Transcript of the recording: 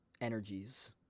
energies